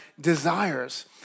desires